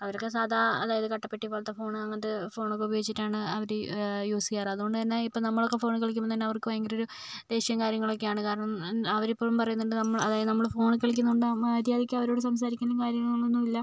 അവരൊക്കെ സാധാ അതായത് കട്ടപ്പെട്ടി പോലത്തെ ഫോണ് അങ്ങനത്തെ ഫോണൊക്കെ ഉപയോഗിച്ചിട്ടാണ് അവര് യൂസ് ചെയ്യാറ് അതുകൊണ്ട് തന്നെ ഇപ്പോൾ നമ്മളൊക്കെ ഫോണിൽ കളിക്കുമ്പോൾ തന്നെ അവർക്ക് ഭയങ്കര ഒരു ദേഷ്യവും കാര്യങ്ങളൊക്കെയാണ് കാരണം അവര് എപ്പൊഴും പറയുന്നുണ്ട് നമ്മള് അതായത് നമ്മള് ഫോണിൽ കളിക്കുന്നോണ്ടാ മര്യാദയ്ക്ക് അവരോട് സംസാരിക്കുകയും കാര്യങ്ങളൊന്നുമില്ല